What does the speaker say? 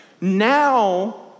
Now